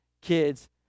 kids